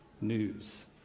news